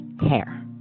hair